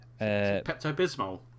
pepto-bismol